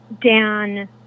Dan